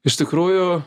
iš tikrųjų